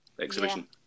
exhibition